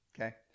Okay